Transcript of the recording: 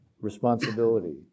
responsibility